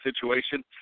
situation